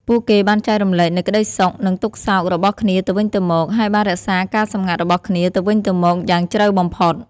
ពួកគេបានចែករំលែកនូវក្តីសុខនិងទុក្ខសោករបស់គ្នាទៅវិញទៅមក ហើយបានរក្សាការសម្ងាត់របស់គ្នាទៅវិញទៅមកយ៉ាងជ្រៅបំផុត។